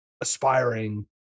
aspiring